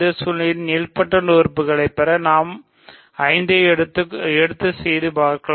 இந்த சூழ்நிலையில் நீல்பொடென்ட் உறுப்புகளை பெற நாம் 5 எடுத்துக்கொண்டு செய்து பார்க்கலாம்